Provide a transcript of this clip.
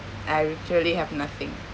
I literally have nothing